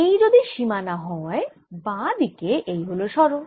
এই যদি সীমানা হয় বাঁ দিকে এই হল সরণ